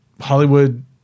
Hollywood